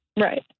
Right